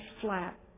flat